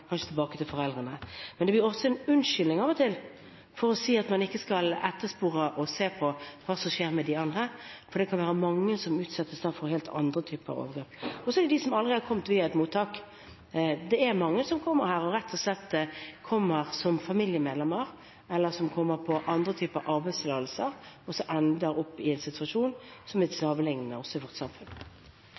tilbake til foreldrene. Men det blir også en unnskyldning av og til for å si at man ikke skal etterspore og se hva som skjer med de andre, for det kan være mange som utsettes for helt andre typer overgrep. Og så er det de som aldri har kommet via et mottak. Det er mange som kommer hit rett og slett som familiemedlemmer, eller som kommer på arbeidstillatelser, som ender opp i en situasjon som er slavelignende, også i vårt samfunn.